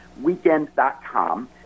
Weekend.com